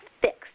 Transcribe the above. fixed